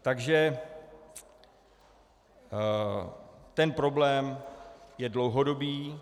Takže ten problém je dlouhodobý.